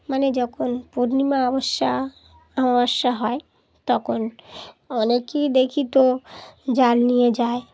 মানে যখন পূর্ণিমা অমাবস্যা অমাবস্যা হয় তখন অনেকেই দেখি তো জাল নিয়ে যায়